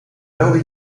belde